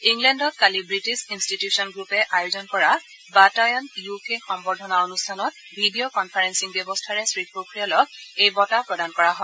ইংলেণ্ডত কালি ৱিটিছ ইনষ্টিটিউচন গ্ৰুপে আয়োজন কৰা বাতায়ন ইউকে সম্বৰ্ধনা অনুষ্ঠানত ভিডিঅ' কমফাৰেগিং ব্যৱস্থাৰে শ্ৰী পোখৰিয়াক এই বঁটা প্ৰদান কৰা হয়